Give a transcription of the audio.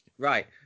Right